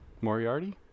Moriarty